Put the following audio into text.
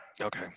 Okay